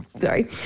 sorry